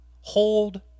hold